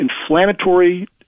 inflammatory